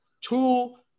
tool